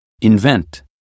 Invent